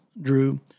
Drew